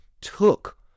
took